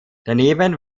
daneben